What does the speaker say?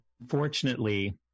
unfortunately